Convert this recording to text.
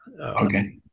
okay